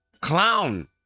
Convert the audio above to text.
Clown